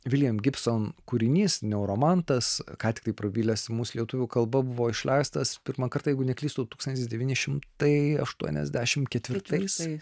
william gibson kūrinys neuromantas ką tiktai prabilęs mūsų lietuvių kalba buvo išleistas pirmą kartą jeigu neklystu tūkstantis devyni šimtai aštuoniasdešimt ketvirtaisiais